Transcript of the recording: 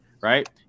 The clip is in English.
right